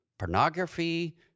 Pornography